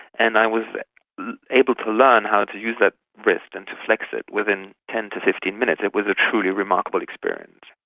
and i was able to learn how to use that wrist and to flex it within ten to fifteen minutes. it was a truly remarkable experience.